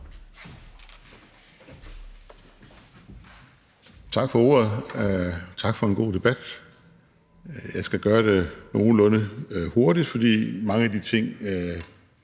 Tak for ordet, og tak for en god debat. Jeg skal gøre det nogenlunde hurtigt, for mange af de ting,